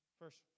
First